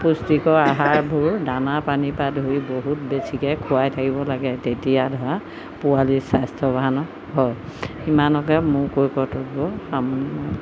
পুষ্টিকৰ আহাৰবোৰ দানা পানীৰপৰা ধৰি বহুত বেছিকৈ খোৱাই থাকিব লাগে তেতিয়া ধৰা পোৱালি স্বাস্থ্যৱান হয় সিমানকে মোৰ কৈ কৰ্তব্য সামৰণি মাৰিলোঁ